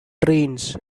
trains